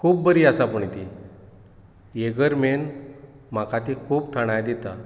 खूब बरी आसा पूण ती हे गर्मेंत म्हाका ती खूब थंडाय दिता